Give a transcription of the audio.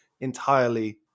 entirely